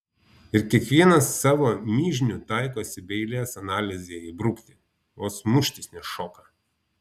ir kiekvienas savo mižnių taikosi be eilės analizei įbrukti vos muštis nešoka